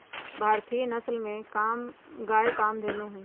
भारतीय नसल में गाय कामधेनु हई